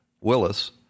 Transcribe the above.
Willis